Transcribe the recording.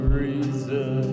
reason